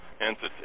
entity